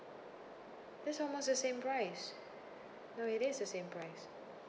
that's almost the same price no it is the same price